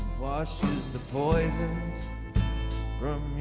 washes the poisons from